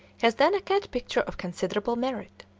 has done a cat picture of considerable merit.